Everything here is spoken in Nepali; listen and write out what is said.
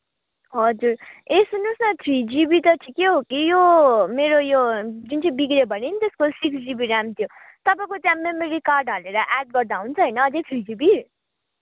हजुर ए सुन्नुहोस् न थ्री जिबी त ठिकै हो कि यो मेरो यो जुन चाहिँ बिग्रियो भने नि त्यसको सिक्स जिबी रेम थियो तपाईँको त्यहाँ मेमोरी कार्ड हालेर एड गर्दा हुन्छ होइन अझै थ्री जिबी